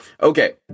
okay